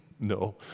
No